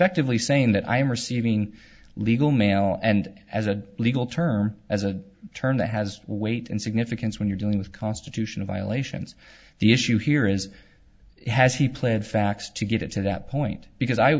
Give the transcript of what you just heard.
effectively saying that i am receiving legal mail and as a legal term as a term that has weight and significance when you're dealing with constitutional violations the issue here is has he pled facts to get to that point because i